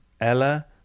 Ella